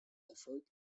erfolgt